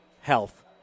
health